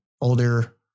older